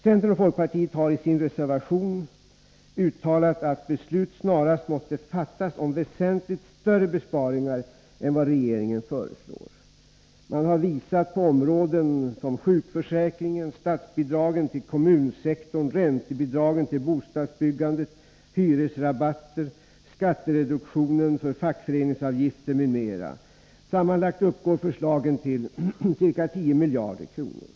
Centern och folkpartiet har i sin reservation uttalat att beslut snarast måste fattas om väsentligt större besparingar än vad regeringen föreslår. Man har visat på områden som sjukförsäkringen, statsbidragen till kommunsektorn, räntebidragen till bostadsbyggandet, hyresrabatter, skattereduktionen för fackföreningsavgifter m.m. Sammanlagt uppgår förslagen till ca 10 miljarder kronor.